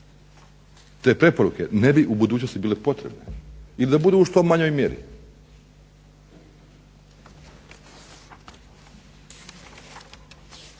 te preporuke u budućnosti ne bi bile potrebne ili da budu u što manjoj mjeri.